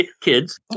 kids